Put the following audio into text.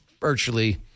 virtually